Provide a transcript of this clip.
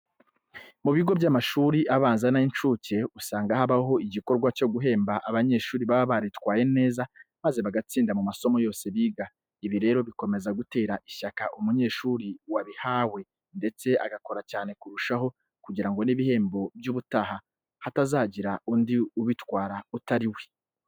Mu bigo by'amashuri abanza n'ay'incuke usanga habaho igikorwa cyo guhemba abanyeshuri baba baritwaye neza maze bagatsinda mu masomo yose biga. Ibi rero bikomeza gutera ishyaka umunyeshuri wabihawe ndetse agakora cyane kurushaho kugira ngo n'ibihembo by'ubutaha hatazagira undi ubitwara utari we.